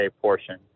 portion